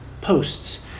posts